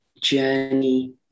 journey